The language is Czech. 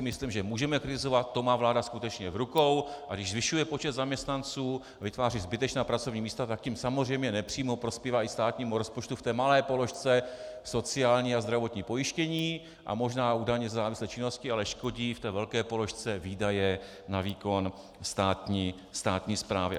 Myslím, že to můžeme kritizovat, to má vláda skutečně v rukou, a když zvyšuje počet zaměstnanců a vytváří zbytečná pracovní místa, tak tím samozřejmě nepřímo prospívá i státnímu rozpočtu v té malé položce sociální a zdravotní pojištění a možná u daně ze závislé činnosti, ale škodí v té velké položce výdaje na výkon státní správy.